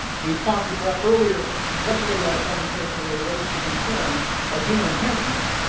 we talked about earlier yesterday we had a presentation where they raise the concern of human enhancements.